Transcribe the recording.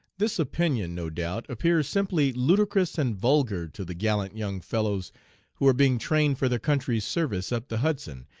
this opinion, no doubt, appears simply ludicrous and vulgar to the gallant young fellows who are being trained for their country's service up the hudson,